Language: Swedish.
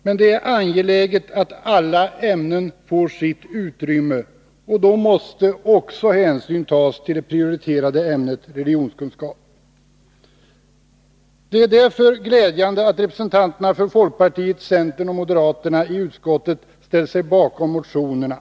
Men det är angeläget att alla ämnen får sitt utrymme, och då måste också hänsyn tas till det prioriterade ämnet religionskunskap. Det är därför glädjande att representanterna för folkpartiet, centern och moderaterna i utskottet ställt sig bakom motionerna.